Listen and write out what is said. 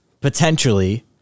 potentially